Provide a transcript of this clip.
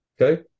Okay